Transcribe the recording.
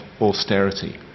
austerity